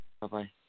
Bye-bye